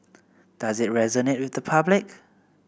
does it resonate with the public